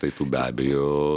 tai tu be abejo